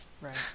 Right